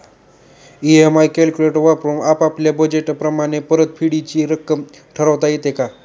EMI calculator वापरून आपापल्या budget प्रमाणे परतफेडीची रक्कम ठरवता येते का?